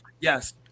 Yes